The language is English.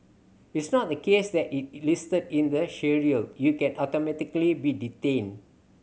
it's not the case that it listed in the schedule you can automatically be detained